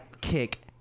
kick